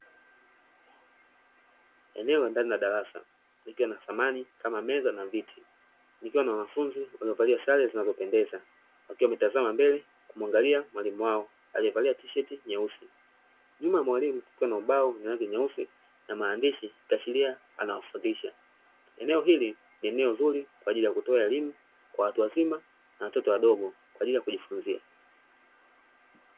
Eneo la ndani la darasa, ikiwa na samani kama meza na viti; kukiwa na wanafunzi waliovalia sare na wamependeza, wakiwa wametazama mbele wakimuangalia mwalimu wao aliyevalia tisheti nyeusi. Nyuma ya mwalimu, kuna ubao wenye rangi nyeusi na maandishi yakiashiria anawafundisha eneo hili ni eneo zuri, kwa ajili ya kutoa elimu kwa watu wazima na watoto wadogo kwa ajili ya kujifunazia.